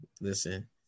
Listen